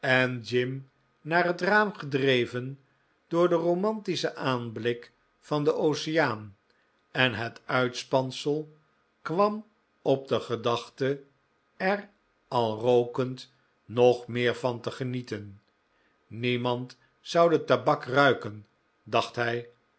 jim naar het raam gedreven door den romantischen aanblik van den oceaan en het uitspansel kwam op de gedachte er al rookend nog meer van te genieten niemand zou de tabak ruiken dacht hij